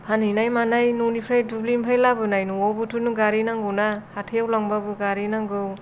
फानहैनानै मानाय न'निफ्राय दुब्लिनिफ्राय लाबोनाय न'आवबोथ' नों गारि नांगौना हाथायाव लांब्लाबो गारि नांगौ